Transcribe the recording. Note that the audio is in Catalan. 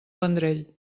vendrell